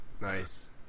Nice